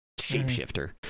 shapeshifter